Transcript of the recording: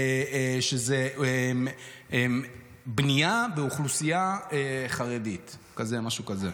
שזו בנייה לאוכלוסייה חרדית, כזה, משהו כזה.